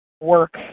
work